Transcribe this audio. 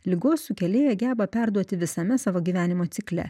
ligos sukėlėją geba perduoti visame savo gyvenimo cikle